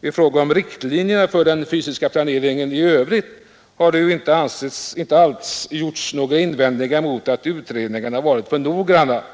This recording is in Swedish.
I fråga om riktlinjerna för den fysiska planeringen i övrigt har det ju inte alls gjorts några invändningar mot att utredningarna har varit för noggranna.